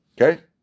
Okay